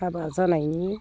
हाबा जानायनि